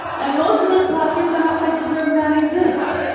and most of those classrooms are not places where men exist.